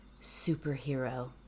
superhero